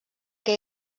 que